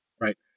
Right